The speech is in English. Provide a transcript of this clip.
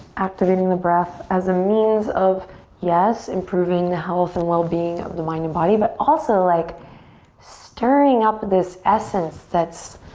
activating the breath as a means of yes, improving the health and well-being of the mind and body, but also like stirring up this essence that's,